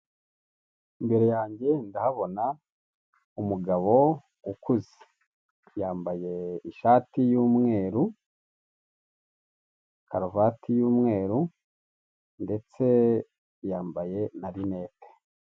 Imbere yange ndahabona umugabo ukuze, yambaye ishati y'umweru, karuvati y'umweru ndetse yambaye na rinete.